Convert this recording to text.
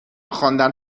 خواندن